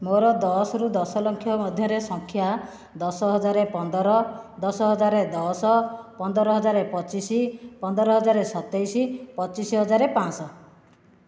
ମୋ'ର ଦଶରୁ ଦଶଲକ୍ଷ ମଧ୍ୟରେ ସଂଖ୍ୟା ଦଶହଜାର ପନ୍ଦର ଦଶହଜାର ଦଶ ପନ୍ଦରହଜାର ପଚିଶ ପନ୍ଦରହଜାର ସତେଇଶ ପଚିଶିହଜାର ପାଞ୍ଚଶହ